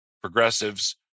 progressives